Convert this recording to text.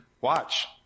watch